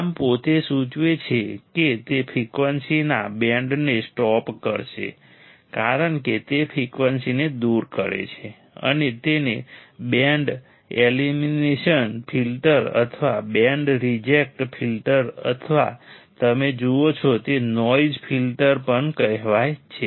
નામ પોતે સૂચવે છે કે તે ફ્રિકવન્સીના બેન્ડને સ્ટોપ કરશે કારણ કે તે ફ્રીક્વન્સીને દૂર કરે છે તેને બેન્ડ એલિમિનેશન ફિલ્ટર અથવા બેન્ડ રિજેક્ટ ફિલ્ટર અથવા તમે જુઓ છો તે નોઇઝ ફિલ્ટર પણ કહેવાય છે